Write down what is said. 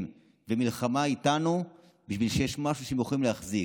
ומלחמה איתנו בגלל שיש משהו שהם יכולים להחזיק.